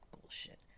bullshit